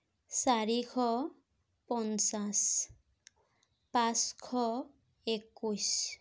চাৰিশ পঞ্চাছ পাঁচশ একৈছ